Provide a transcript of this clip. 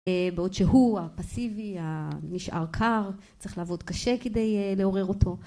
בעוד שהוא הפסיבי נשאר קר צריך לעבוד קשה כדי לעורר אותו